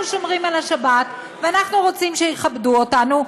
שומרים את השבת ואנחנו רוצים שיכבדו אותנו,